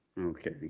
Okay